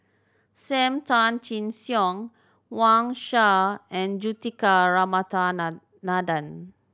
Sam Tan Chin Siong Wang Sha and Juthika